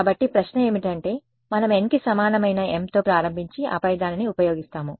కాబట్టి ప్రశ్న ఏమిటంటే మనం n కి సమానమైన m తో ప్రారంభించి ఆపై దానిని ఉపయోగిస్తాము